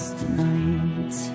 tonight